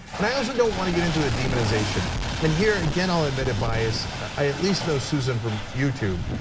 and i also don't want to get into the demonization and here again, i'll admit a bias, i at least know susan from youtube.